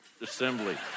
Assembly